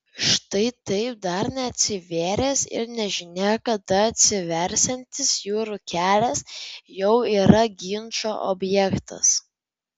štai taip dar neatsivėręs ir nežinia kada atsiversiantis jūrų kelias jau yra ginčo objektas